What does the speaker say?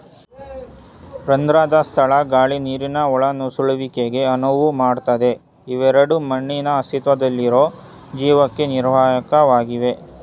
ರಂಧ್ರದ ಸ್ಥಳ ಗಾಳಿ ನೀರಿನ ಒಳನುಸುಳುವಿಕೆಗೆ ಅನುವು ಮಾಡ್ತದೆ ಇವೆರಡೂ ಮಣ್ಣಿನ ಅಸ್ತಿತ್ವದಲ್ಲಿರೊ ಜೀವಕ್ಕೆ ನಿರ್ಣಾಯಕವಾಗಿವೆ